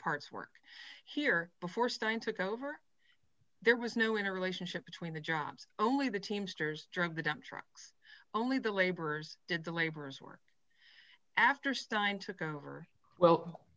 parts work here before stein took over there was new in a relationship between the jobs only the teamsters drove the dump trucks only the laborers did the laborers work after stein took over well